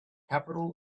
capital